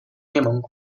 内蒙古